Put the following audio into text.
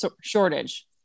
shortage